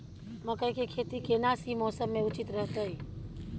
मकई के खेती केना सी मौसम मे उचित रहतय?